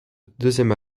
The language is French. deuxième